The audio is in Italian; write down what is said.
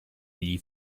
gli